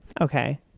okay